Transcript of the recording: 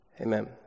Amen